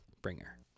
bringer